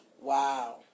Wow